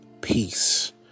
peace